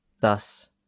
Thus